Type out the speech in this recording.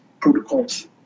protocols